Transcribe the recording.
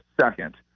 second